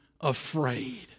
afraid